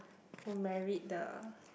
who married the